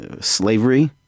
slavery